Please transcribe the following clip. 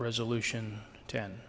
resolution ten